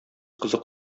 кызык